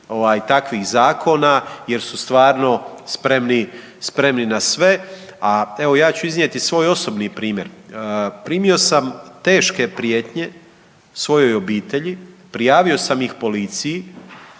takvih zakona jer su stvarno spremni, spremni na sve, a evo ja ću iznijeti svoj osobni primjer. Primio sam teške prijetnje svojoj obitelji, prijavio sam ih policiji,